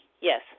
yes